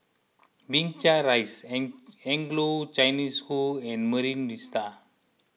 Binchang Rise Anglo Chinese School and Marine Vista